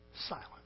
silence